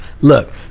Look